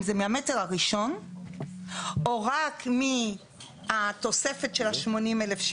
אם זה מהמטר הראשון או רק מהתוספת של ה-80,000.